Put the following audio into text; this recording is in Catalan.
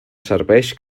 serveix